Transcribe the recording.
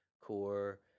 core